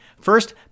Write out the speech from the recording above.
First